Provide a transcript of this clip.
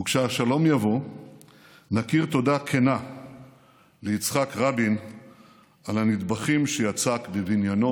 כשהשלום יבוא נכיר תודה כנה ליצחק רבין על הנדבכים שיצק בבניינו